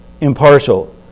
impartial